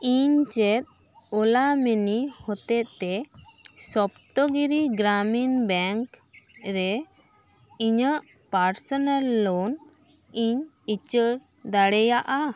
ᱤᱧ ᱪᱮᱫ ᱳᱞᱟ ᱢᱟᱱᱤ ᱦᱚᱛᱮᱡ ᱛᱮ ᱥᱚᱯᱛᱚᱜᱤᱨᱤ ᱜᱨᱟᱢᱤᱱ ᱵᱮᱝᱠ ᱨᱮ ᱤᱧᱟᱹᱜ ᱯᱟᱨᱥᱚᱱᱟᱞ ᱞᱳᱱ ᱤᱧ ᱩᱪᱟᱹᱲ ᱫᱟᱲᱮᱭᱟᱜᱼᱟ